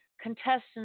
contestants